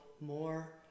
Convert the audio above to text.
more